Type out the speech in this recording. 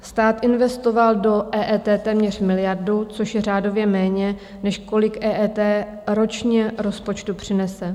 Stát investoval do EET téměř miliardu, což je řádově méně, než kolik EET ročně rozpočtu přinese.